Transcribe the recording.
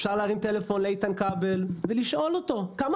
אפשר להרים טלפון לאיתן כבל ולשאול אותו כמה